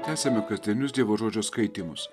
tęsiame kasdienius dievo žodžio skaitymus